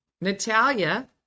Natalia